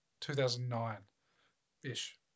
2009-ish